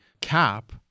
cap